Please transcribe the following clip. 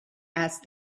asked